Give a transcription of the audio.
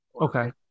Okay